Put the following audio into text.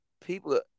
people